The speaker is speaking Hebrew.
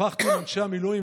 שוחחתי עם אנשי המילואים,